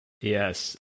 Yes